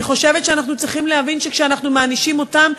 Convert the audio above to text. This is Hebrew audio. אני חושבת שאנחנו צריכים להבין שכשאנחנו מענישים אותם,